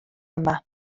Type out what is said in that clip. yma